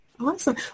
awesome